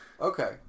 Okay